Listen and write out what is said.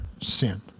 sin